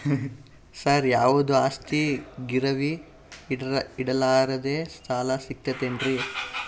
ಸರ, ಯಾವುದು ಆಸ್ತಿ ಗಿರವಿ ಇಡಲಾರದೆ ಸಾಲಾ ಸಿಗ್ತದೇನ್ರಿ?